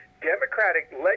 Democratic